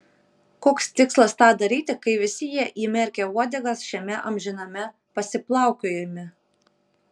koks tikslas tą daryti kai visi jie įmerkę uodegas šiame amžiname pasiplaukiojime